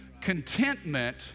Contentment